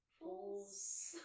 Fools